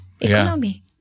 Economy